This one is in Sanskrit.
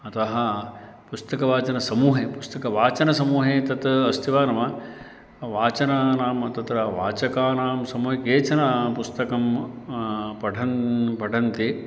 अतः पुस्तकवाचनसमूहे पुस्तकवाचनसमूहे तत् अस्ति वा न वा वाचनानां तत्र वाचकानां समं केचन पुस्तकं पठन् पठन्ति